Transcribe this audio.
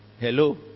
Hello